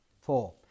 Four